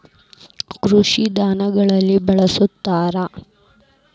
ಕೃಷಿ ಧಾನ್ಯಗಳಲ್ಲಿ ಬಳ್ಸತಾರ